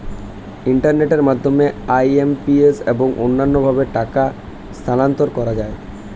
ইন্টারনেটের মাধ্যমে আই.এম.পি.এস এবং অন্যান্য ভাবে টাকা স্থানান্তর করা যায়